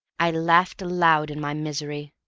i laughed aloud in my misery.